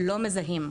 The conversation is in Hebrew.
לא מזהים.